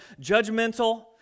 judgmental